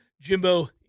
Jimbo